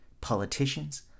politicians